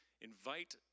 invite